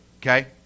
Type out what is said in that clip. okay